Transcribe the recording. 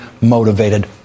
motivated